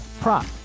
prop